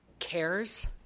cares